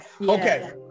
okay